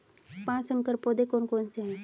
पाँच संकर पौधे कौन से हैं?